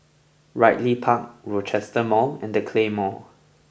Ridley Park Rochester Mall and The Claymore